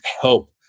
help